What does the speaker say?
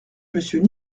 monsieur